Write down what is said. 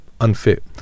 unfit